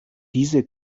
diese